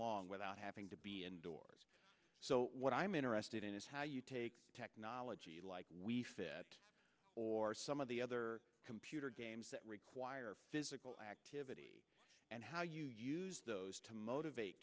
long without having to be indoors so what i'm interested in is how you take technology like we fit or some of the other computer games that require physical activity and how you use those to motivate